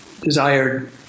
desired